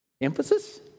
Emphasis